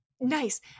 Nice